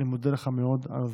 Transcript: אני מודה לך מאוד על הזמן.